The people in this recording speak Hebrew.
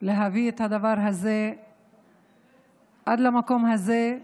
להביא את הדבר הזה עד למקום הזה,